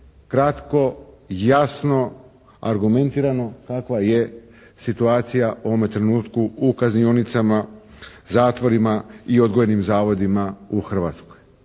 kratko, jasno, argumentirano kakva je situacija u ovome trenutku u kaznionicama, zatvorima i odgojnim zavodima u Hrvatskoj